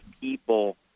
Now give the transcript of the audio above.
people